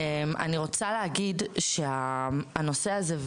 אני רוצה להגיד שהנושא הזה,